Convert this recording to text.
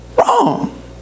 wrong